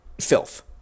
filth